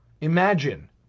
Imagine